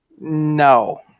No